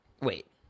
wait